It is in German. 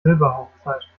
silberhochzeit